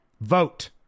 Vote